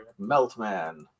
Meltman